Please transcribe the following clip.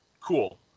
Cool